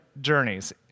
journeys